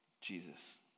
Jesus